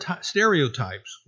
stereotypes